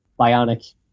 bionic